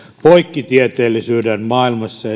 poikkitieteellisyyden maailmassa